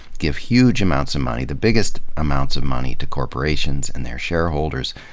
give huge amounts of money, the biggest amounts of money, to corporations and their shareholders,